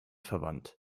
verwandt